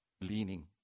Leaning